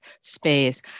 space